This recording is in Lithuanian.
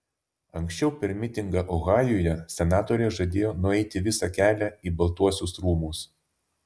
anksčiau per mitingą ohajuje senatorė žadėjo nueiti visą kelią į baltuosius rūmus